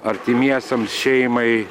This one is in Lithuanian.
artimiesiems šeimai